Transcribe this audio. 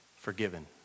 forgiven